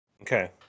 Okay